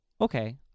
okay